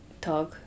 talk